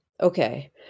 Okay